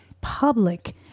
public